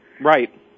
Right